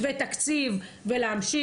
-- ותקציב ולהמשיך.